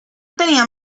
tenia